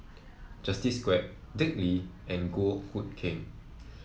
Justin Quek Dick Lee and Goh Hood Keng